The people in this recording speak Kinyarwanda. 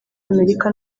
amerika